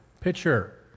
pitcher